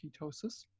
ketosis